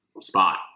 spot